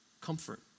comfort